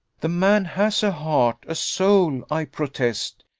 the man has a heart, a soul, i protest!